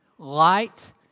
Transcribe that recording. Light